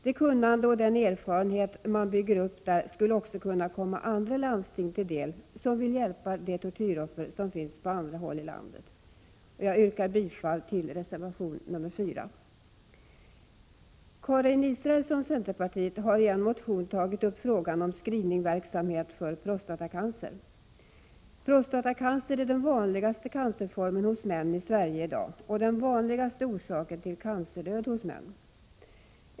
Det kunnande och den erfarenhet man bygger upp där skulle också kunna komma andra landsting, som vill hjälpa de tortyroffer som finns på olika håll i landet, till del. Jag yrkar bifall till reservation nr 4. Karin Israelsson har i en motion tagit upp frågan om screeningverksamhet för prostatacancer. Prostatacancer är den vanligaste cancerformen bland män i Sverige i dag och den vanligaste orsaken när män dör i cancer.